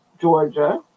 Georgia